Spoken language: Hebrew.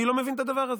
אני לא מבין את הדבר הזה.